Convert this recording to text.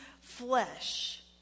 flesh